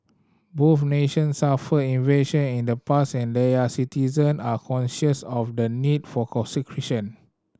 both nation suffered invasion in the past and their citizen are conscious of the need for conscription